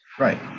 Right